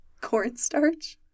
cornstarch